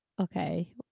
Okay